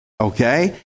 Okay